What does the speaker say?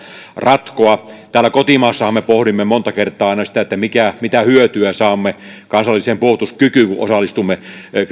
ratkoa täällä kotimaassahan me pohdimme aina monta kertaa sitä mitä hyötyä saamme kansalliseen puolustuskykyyn kun osallistumme